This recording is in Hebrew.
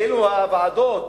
אילו הוועדות,